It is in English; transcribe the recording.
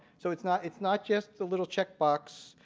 so it's not it's not just a little check box.